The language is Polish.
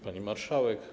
Pani Marszałek!